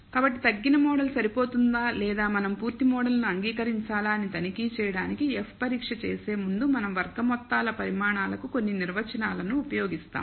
కాబట్టి తగ్గిన మోడల్ సరిపోతుందా లేదా మనం పూర్తి మోడల్ ను అంగీకరించాలా అని తనిఖీ చేయడానికి F పరీక్ష చేసే ముందు మనం వర్గ మొత్తాల పరిమాణాలకు కొన్ని నిర్వచనాలను ఉపయోగిస్తాం